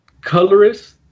colorist